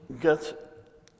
get